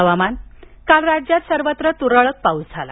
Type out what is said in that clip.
हवामान काल राज्यात सर्वत्र तुरळक पाऊस झाला